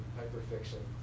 hyperfiction